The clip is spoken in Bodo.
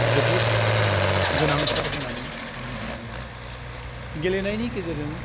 जोबोद गोनांथार होननानै आं सानो गेलेनायनि गेजेरजों